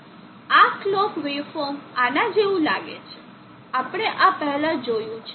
આ clock wave form આના જેવું લાગે છે આપણે આ પહેલા જોયું છે